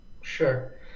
Sure